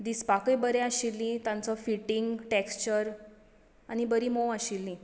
दिसपाकय बरी आशिल्लीं तांचो फिटींग टॅक्स्चर आनी बरी मोव आशिल्लीं